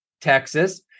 Texas